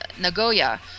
Nagoya